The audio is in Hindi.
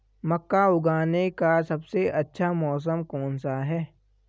मक्का उगाने का सबसे अच्छा मौसम कौनसा है?